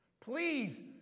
Please